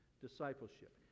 discipleship